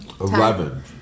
Eleven